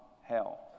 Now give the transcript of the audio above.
hell